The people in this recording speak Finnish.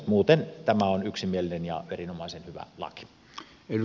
muuten tämä on yksimielinen ja erinomaisen hyvä laki